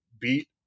beat